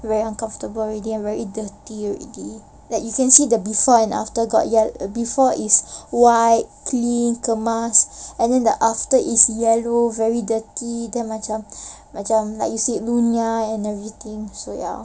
very uncomfortable already and very dirty already like you can see the before and after got ya got before is white clean kemas and then the after is yellow very dirty then macam macam asyik lunyai and everything so ya